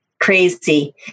Crazy